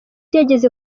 yageze